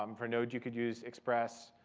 um for node, you could use express.